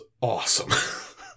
awesome